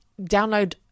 download